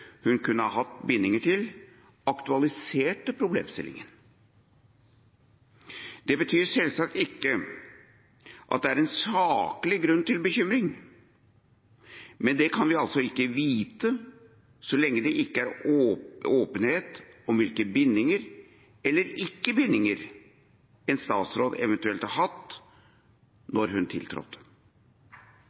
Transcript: hun kunne hatt bindinger til, aktualiserte problemstillingen. Det betyr selvsagt ikke at det er en saklig grunn til bekymring, men det kan vi altså ikke vite så lenge det ikke er åpenhet om hvilke bindinger, eller ikke bindinger, en statsråd eventuelt har hatt da hun tiltrådte.